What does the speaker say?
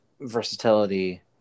versatility